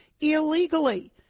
illegally